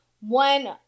One